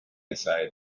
aside